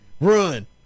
Run